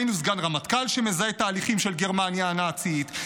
ראינו סגן רמטכ"ל שמזהה תהליכים של גרמניה הנאצית,